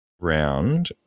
round